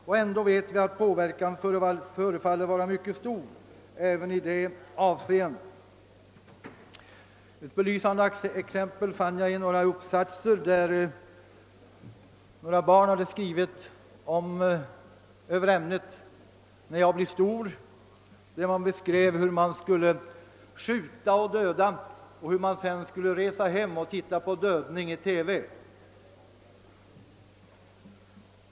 Och ändå vet vi att påverkan förefaller vara mycket stor även i det senare fallet. Ett belysande exempel fann jag i några uppsatser, där några barn hade skrivit över ämnet »När jag blir stor». De beskrev där hur de skulle skjuta och döda och sedan resa hem och titta på »dödning» i TV.